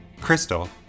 Crystal